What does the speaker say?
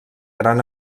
gran